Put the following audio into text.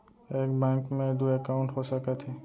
एक बैंक में दू एकाउंट हो सकत हे?